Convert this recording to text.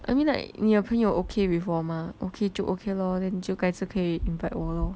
I mean like 你的朋友 okay with 我吗 okay 就 okay lor then 就改次可以 invite 我咯